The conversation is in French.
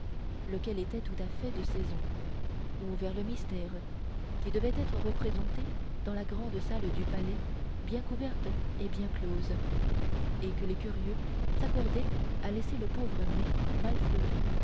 lequel était tout à fait de saison ou vers le mystère qui devait être représenté dans la grand salle du palais bien couverte et bien close et que les curieux s'accordaient à laisser le pauvre mai mal fleuri